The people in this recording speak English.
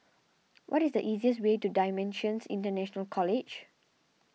what is the easiest way to Dimensions International College